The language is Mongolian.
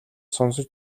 сонсож